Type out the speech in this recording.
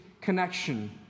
connection